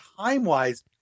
time-wise